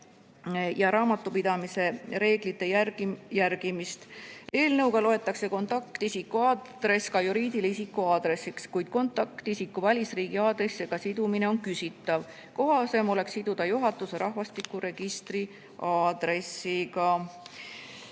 ja raamatupidamise reeglite järgimist. Eelnõuga loetakse kontaktisiku aadress ka juriidilise isiku aadressiks, kuid kontaktisiku välisriigi aadressiga sidumine on küsitav, kohasem oleks siduda juhatuse rahvastikuregistri aadressiga.